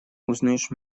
узнаёшь